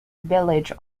village